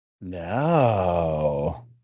No